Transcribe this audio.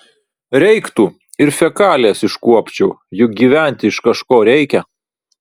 reiktų ir fekalijas iškuopčiau juk gyventi iš kažko reikia